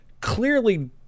clearly